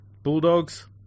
Bulldogs